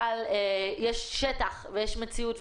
אבל יש שטח ויש מציאות,